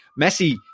Messi